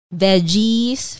veggies